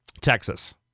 Texas